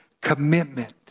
commitment